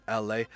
LA